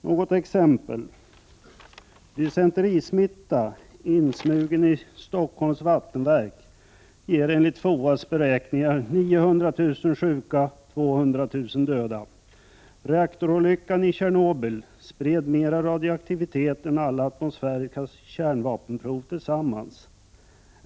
Låt mig ge några exempel: Dysenterismitta insmugen i Stockholms vattenverk ger enligt FOA:s beräkningar 900 000 sjuka och 200 000 döda. Reaktorolyckan i Tjernobyl spred mer radioaktivitet än alla atmosfäriska kärnvapenprov tillsammans.